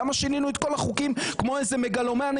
למה שינינו את כל החוקים כמו איזה מגלומנים,